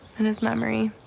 in his memory.